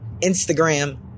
Instagram